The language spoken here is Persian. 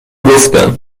گفتن